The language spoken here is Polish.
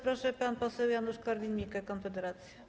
Proszę, pan poseł Janusz Korwin-Mikke, Konfederacja.